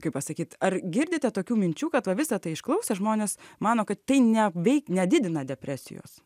kaip pasakyt ar girdite tokių minčių kad va visą tai išklausę žmonės mano kad tai ne vei nedidina depresijos